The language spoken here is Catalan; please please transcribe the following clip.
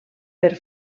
per